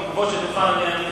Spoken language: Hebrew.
חבר הכנסת אלסאנע.